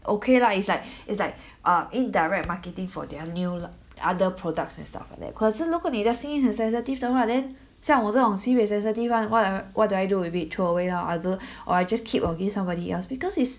okay lah is like is like ah indirect marketing for their new l~ other products and stuff like that 可是如果你的 skin 很 sensitive 的话 then 像我这种 sibei sensitive [one] what I what do I do with it throw away ah or other or I just keep or give somebody else because it's